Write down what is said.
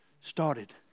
started